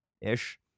ish